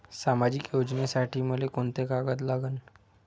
सामाजिक योजनेसाठी मले कोंते कागद लागन?